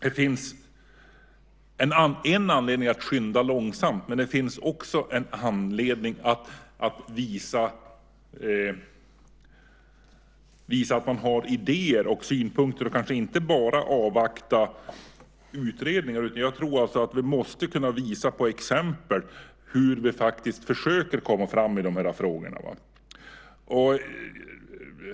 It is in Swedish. Det finns en anledning att skynda långsamt, men det finns också en anledning att visa att man har idéer och synpunkter och kanske inte bara avvakta utredningar. Jag tror att vi måste kunna visa exempel på hur vi faktiskt försöker komma framåt i de här frågorna.